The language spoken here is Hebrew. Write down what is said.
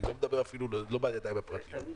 אני כבר לא מדבר אפילו לא בידיים הפרטיות.